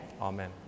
Amen